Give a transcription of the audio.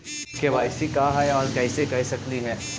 KYC का है, और कैसे कर सकली हे?